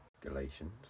Galatians